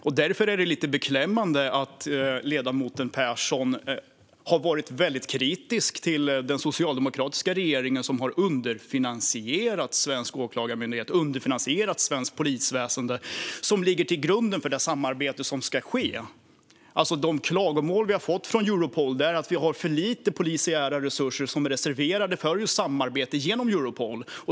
Det här är därför beklämmande, eftersom ledamoten Pehrson har varit kritisk till den socialdemokratiska regeringen, som har underfinansierat den svenska åklagarmyndigheten och svenskt polisväsen. Det är det som ligger till grund för det samarbete som ska ske. De klagomål som vi har fått från Europol gäller att vi har för lite polisära resurser som är reserverade för samarbete genom Europol.